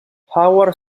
howard